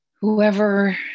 whoever